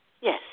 Yes